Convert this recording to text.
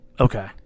Okay